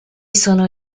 sono